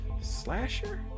Slasher